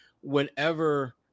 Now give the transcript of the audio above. Whenever